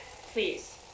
please